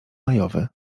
majowy